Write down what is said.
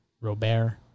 robert